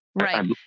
Right